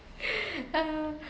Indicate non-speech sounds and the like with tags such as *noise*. *laughs* uh